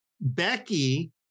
Becky